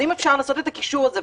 אם אפשר לעשות את הקישור הזה,